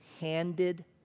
handed